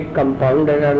compounder